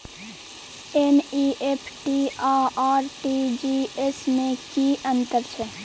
NEFT आ RTGS में की अन्तर छै?